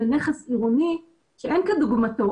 זה נכס עירוני שאין כדוגמתו.